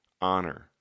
honor